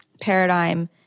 paradigm